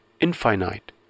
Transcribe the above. infinite